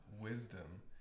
wisdom